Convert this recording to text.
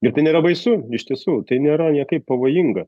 ir tai nėra baisu iš tiesų tai nėra niekaip pavojinga